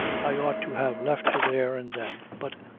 i ought to have left her there and then but,